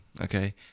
okay